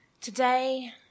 Today